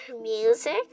music